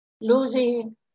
losing